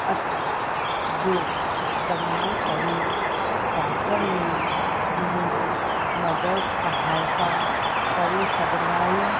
अठ जो इस्तमालु करे जाचण में मुहिंजी मदद सहायता करे सघंदा आहियो